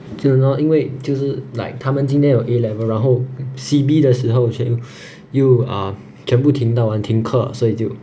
就是 lor 因为就是 like 他们今年有 A level 然后 C_B 的时候全又又 uh 全部停到完停课所以就